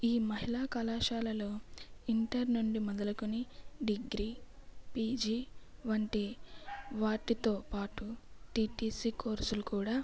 ఈ మహిళా కళాశాలలో ఇంటర్ నుండి మొదలుకుని డిగ్రీ పీజీ వంటి వాటితో పాటు టిటిసి కోర్సులు కూడా